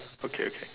okay okay